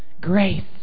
grace